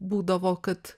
būdavo kad